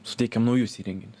suteikiam naujus įrenginius